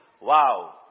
Wow